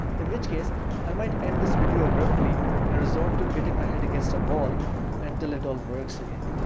in which case i might end this video abruptly and resort to hitting my head against a wall until it all works again